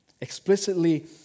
Explicitly